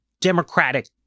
democratic